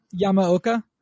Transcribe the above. Yamaoka